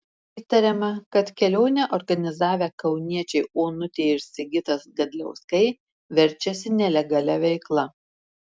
įtariama kad kelionę organizavę kauniečiai onutė ir sigitas gadliauskai verčiasi nelegalia veikla